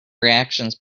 reactions